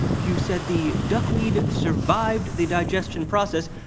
you said the duckweed survived the digestion process?